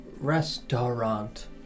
restaurant